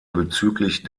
bezüglich